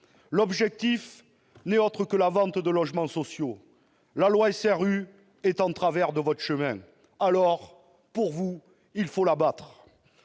L'objectif n'est autre que la vente de logements sociaux. La loi SRU est en travers de votre chemin, alors vous voulez l'abattre